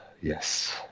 yes